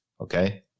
Okay